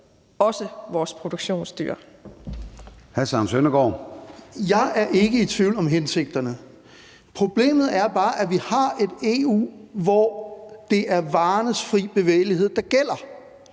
Søndergaard (EL): Jeg er ikke i tvivl om hensigterne. Problemet er bare, at vi har et EU, hvor det er varernes fri bevægelighed, der gælder,